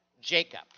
Jacob